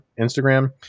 Instagram